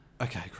Okay